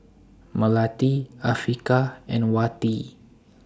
Melati Afiqah and Wati